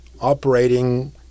operating